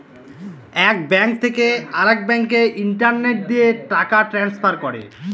এক ব্যাঙ্ক থেকে আরেক ব্যাঙ্কে ইন্টারনেট দিয়ে টাকা ট্রান্সফার করে